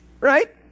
Right